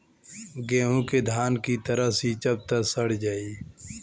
गेंहू के धान की तरह सींचब त सड़ जाई